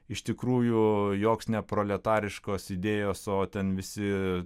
iš tikrųjų joks neproletariškos idėjos o ten visi